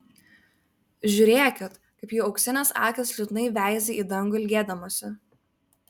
žiūrėkit kaip jų auksinės akys liūdnai veizi į dangų ilgėdamosi